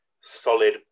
solid